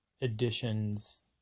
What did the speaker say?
additions